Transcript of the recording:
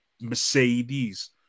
Mercedes